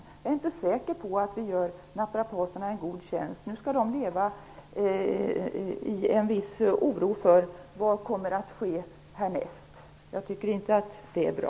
Jag är inte säker på att vi gör naprapaterna en god tjänst. Nu får de leva med en viss oro för vad som kommer att ske härnäst. Jag tycker inte att det är bra.